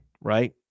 right